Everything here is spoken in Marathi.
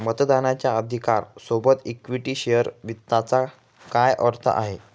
मतदानाच्या अधिकारा सोबत इक्विटी शेअर वित्ताचा काय अर्थ आहे?